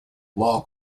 law